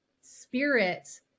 spirit